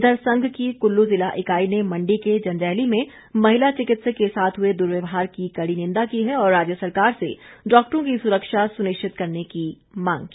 इधर संघ की कुल्लू जिला इकाई ने मंडी के जंजैहली में महिला चिकित्सक के साथ हुए दुर्व्यवहार की कड़ी निंदा की है और राज्य सरकार से डॉक्टरों की सुरक्षा सुनिश्चित करने की मांग की